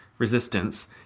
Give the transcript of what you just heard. resistance